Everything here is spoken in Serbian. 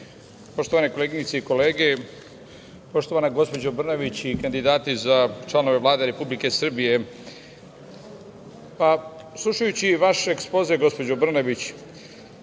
poštovane koleginice i kolege, poštovana gospođo Brnabić i kandidati za članove Vlade Republike Srbije, slušajući vaš ekspoze, gospođo Brnabić,